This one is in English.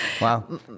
Wow